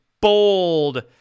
bold